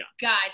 guys